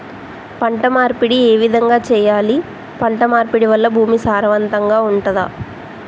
పంట మార్పిడి ఏ విధంగా చెయ్యాలి? పంట మార్పిడి వల్ల భూమి సారవంతంగా ఉంటదా?